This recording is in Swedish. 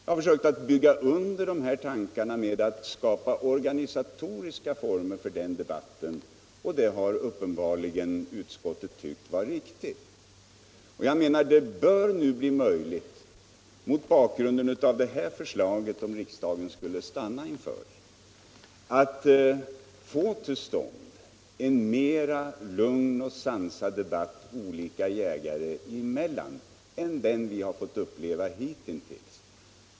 Jag har försökt underbygga dessa tankar genom att skapa organisatoriska former för den debatten, vilket utskottet uppenbarligen har funnit riktigt. Det bör nu bli möjligt — om riksdagen skulle stanna för detta förslag — att få till stånd en mer lugn och sansad debatt olika jägare emellan än den som vi har upplevt hittills.